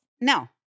No